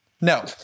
No